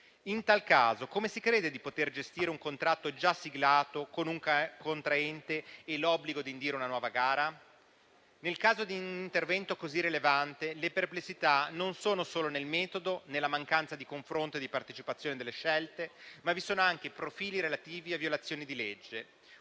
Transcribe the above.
In tal caso come si crede di poter gestire un contratto già siglato con un contraente e l'obbligo di indire una nuova gara? Nel caso di un intervento così rilevante le perplessità non sono solo nel metodo e nella mancanza di confronto e di partecipazione delle scelte, ma vi sono anche profili relativi a violazioni di legge.